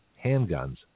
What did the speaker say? handguns